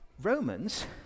Romans